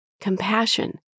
compassion